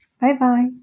Bye-bye